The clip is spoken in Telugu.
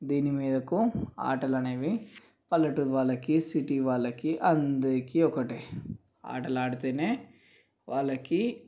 దీని మీదకు ఆటలు అనేవి పల్లెటూరి వాళ్ళకి సిటీ వాళ్ళకి అందరికీ ఒకటే ఆటలు ఆడితేనే వాళ్ళకి